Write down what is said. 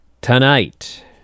tonight